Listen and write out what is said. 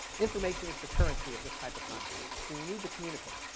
information is the currency of this type of conflict. so you need to communicate.